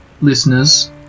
listeners